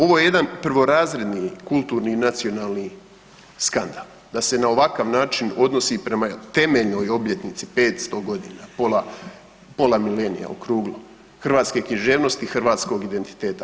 Ovo je jedan prvorazredni kulturni i nacionalni skandal, da se na ovakav način odnosi prema temeljnoj obljetnici, 500 godina, pola milenija okruglo, hrvatske knjiženosti i hrvatskog identiteta.